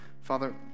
Father